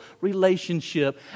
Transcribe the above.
relationship